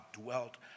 dwelt